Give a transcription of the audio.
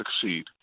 succeed